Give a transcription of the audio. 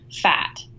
fat